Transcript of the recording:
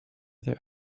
their